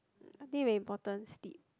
I think very important sleep